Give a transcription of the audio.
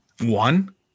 One